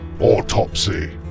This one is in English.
Autopsy